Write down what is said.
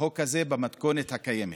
החוק הזה במתכונת הקיימת.